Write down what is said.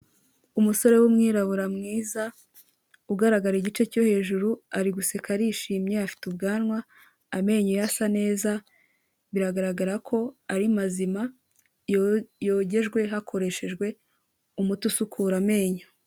Umusore w'umwirabura mwiza ugaragara igice cyo hejuru ari guseka arishimye afite ubwanwa, amenyo ye asa neza biragaragara ko ari mazima, yogejwe hakoreshejwe umuti usukura amenyo.